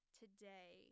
today